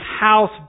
house